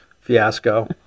fiasco